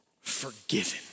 forgiven